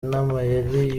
n’amayeri